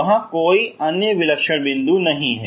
वहाँ कोई अन्य विलक्षण बिन्दु नहीं है